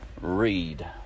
read